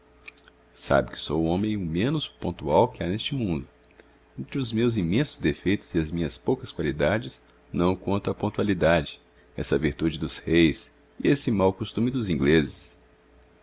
sabe que sou o homem menos pontual que há neste mundo entre os meus imensos defeitos e as minhas poucas qualidades não conto a pontualidade essa virtude dos reis e esse mau costume dos ingleses